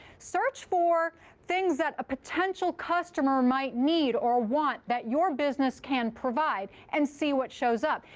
search for things that a potential customer might need or want that your business can provide and see what shows up.